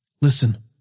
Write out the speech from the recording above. Listen